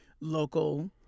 local